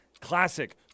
classic